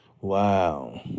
Wow